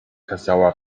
kazała